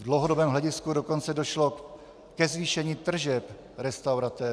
V dlouhodobém hledisku dokonce došlo ke zvýšení tržeb restauratérů.